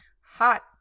Hot